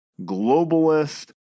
globalist